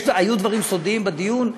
היו דברים סודיים בדיון,